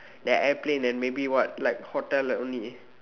that airplane and maybe what like hotel only